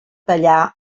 tallar